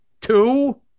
two